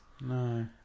no